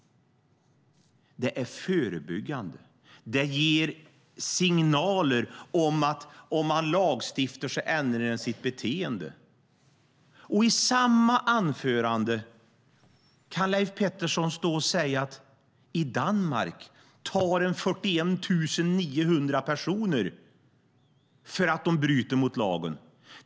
Det är förebyggande och ger signaler. Om man lagstiftar ändrar människor sitt beteende. I samma anförande kan Leif Petterson stå och säga: I Danmark tar man 41 900 personer för att de bryter mot lagen.